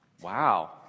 Wow